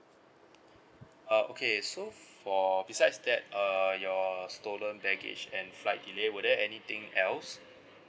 uh okay so for besides that err your stolen baggage and flight delay were there anything else